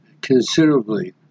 considerably